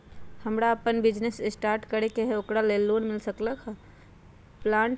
हमरा अपन business start करे के है ओकरा लेल लोन मिल सकलक ह?